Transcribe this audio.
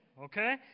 okay